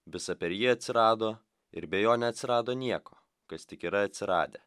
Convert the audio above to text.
visa per jį atsirado ir be jo neatsirado nieko kas tik yra atsiradę